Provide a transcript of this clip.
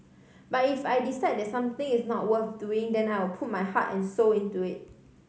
but if I decide the something is not worth doing then I'll put my heart and soul into it